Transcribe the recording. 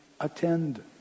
attend